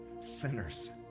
sinners